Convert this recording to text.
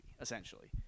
essentially